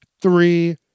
three